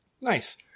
Nice